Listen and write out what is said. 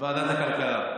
ועדת הכלכלה.